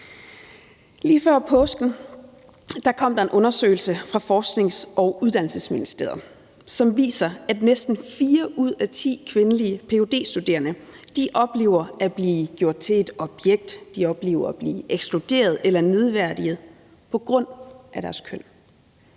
Lige før påske kom der en undersøgelse fra Uddannelses- og Forskningsministeriet, som viser, at næsten fire ud af ti kvindelige ph.d.-studerende oplever at blive gjort til et objekt, og de oplever at blive ekskluderet eller nedværdiget på grund af deres køn.